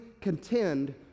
contend